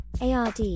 ard